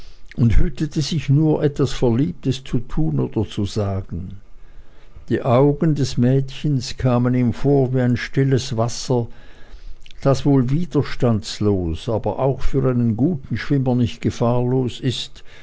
und hütete sich nur etwas verliebtes zu tun oder zu sagen die augen des mädchens kamen ihm vor wie ein stilles wasser das wohl widerstandslos aber auch für einen guten schwimmer nicht gefahrlos ist